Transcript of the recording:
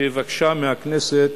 בבקשה מהכנסת